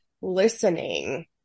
listening